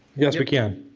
yes we can.